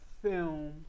Film